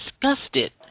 disgusted